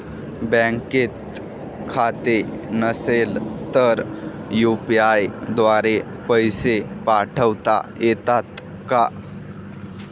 बँकेत खाते नसेल तर यू.पी.आय द्वारे पैसे पाठवता येतात का?